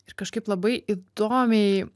ir kažkaip labai įdomiai